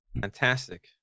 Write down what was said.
Fantastic